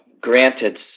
granted